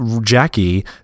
Jackie